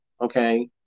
Okay